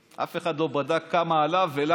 וזה,